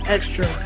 Extra